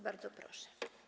Bardzo proszę.